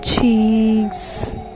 Cheeks